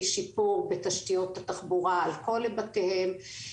שיפור בתשתיות התחבורה על כל היבטיהן.